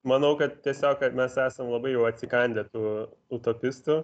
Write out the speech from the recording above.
manau kad tiesiog mes esam labai jau atsikandę tų utopistų